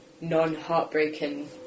non-heartbroken